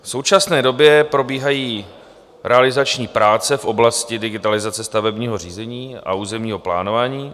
V současné době probíhají realizační práce v oblasti digitalizace stavebního řízení a územního plánování.